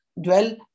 dwell